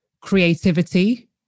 creativity